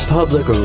Public